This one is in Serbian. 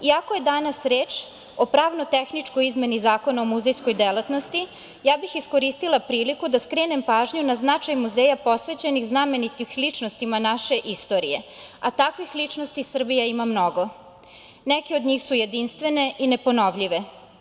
Iako je danas reč o pravno-tehničkoj izmeni Zakona o muzejskoj delatnosti, iskoristila bih priliku da skrenem pažnju na značaj muzeja posvećenih znamenitih ličnostima naše istorije, a takvih ličnosti Srbija ima mnogo, neke od njih su jedinstvene i neponovljive.